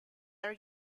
are